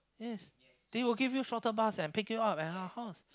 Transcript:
yes they will give you shuttle bus and pick you up at your house